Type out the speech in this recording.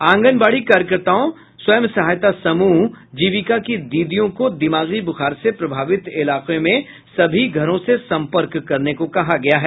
आंगनबाड़ी कार्यकर्ताओं स्वयं सहायता समूह जीविका की दीदियों को दिमागी बुखार से प्रभावित इलाके में सभी घरों से संपर्क करने को कहा गया है